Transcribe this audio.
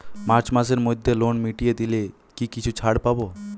March মাসের মধ্যে loan মিটিয়ে দিলে কি কিছু ছাড় পাব?